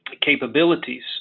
capabilities